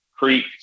Creek